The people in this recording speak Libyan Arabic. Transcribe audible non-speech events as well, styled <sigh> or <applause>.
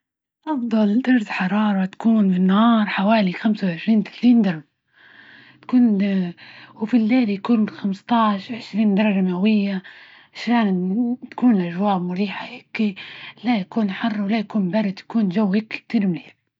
أفضل درجة حرارة تكون في النهار حوالي خمسة وعشرين، ثلاين درجة تكون، <hesitation> وفي الليل يكون خمسة عشر، عشرين درجة مئوية. مشان تكون الأجواء مريحة هيكي، لا يكون حر ولا يكون برد يكون جو هيكي كتير منيح.